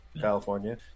California